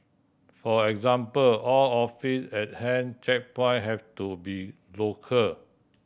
for example all officer at hand checkpoint have to be lock